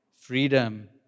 freedom